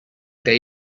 they